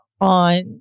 on